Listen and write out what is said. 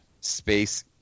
space